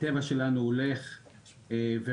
בונים יותר והטבע שלנו הולך ופוחת.